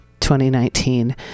2019